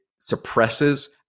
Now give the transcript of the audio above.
suppresses